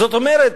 זאת אומרת,